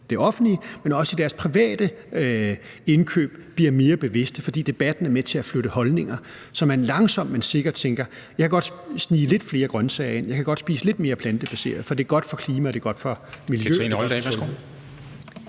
det offentlige, men også i forbindelse med deres private indkøb, bliver mere bevidste, for debatten er med til at flytte holdninger, så man langsomt, men sikkert tænker: Jeg kan godt snige lidt flere grønsager ind; jeg kan godt spise lidt mere plantebaseret, for det er godt for klimaet, det er godt for miljøet,